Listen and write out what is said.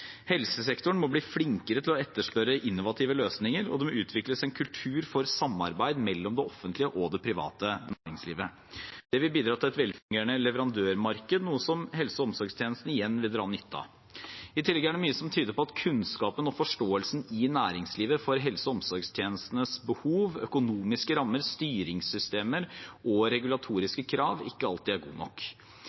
Helsesektoren må bli flinkere til å etterspørre innovative løsninger, og det må utvikles en kultur for samarbeid mellom det offentlige og det private næringslivet. Det vil bidra til et velfungerende leverandørmarked, noe helse- og omsorgstjenesten igjen vil dra nytte av. I tillegg er det mye som tyder på at kunnskapen og forståelsen i næringslivet for helse- og omsorgstjenestens behov, økonomiske rammer, styringssystemer og regulatoriske krav ikke alltid er god nok.